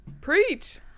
Preach